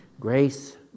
grace